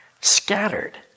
Scattered